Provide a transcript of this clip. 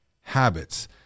habits